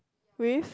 with